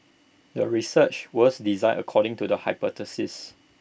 the research was designed according to the hypothesis